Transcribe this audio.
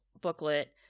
booklet